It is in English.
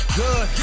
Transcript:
good